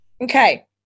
Okay